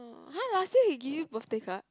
oh [huh] last year he give you birthday card